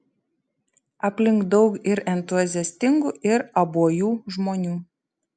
aplink daug ir entuziastingų ir abuojų žmonių